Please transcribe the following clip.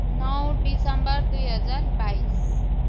नौ डिसेम्बर दुई हजार बाइस